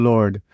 Lord